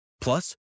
Plus